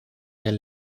del